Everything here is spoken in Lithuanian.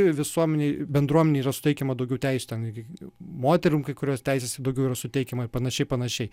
visuomenei bendruomenei yra suteikiama daugiau teisių ten moterim kurios teisės daugiau yra suteikiama ir panašiai ir panašiai